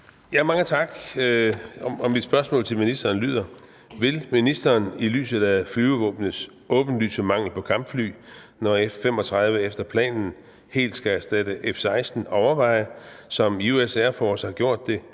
13) Til forsvarsministeren af: Søren Espersen (DF): Vil ministeren i lyset af Flyvevåbnets åbenlyse mangel på kampfly, når F-35 efter planen helt skal erstatte F-16, overveje, som U.S. Air Force har gjort det,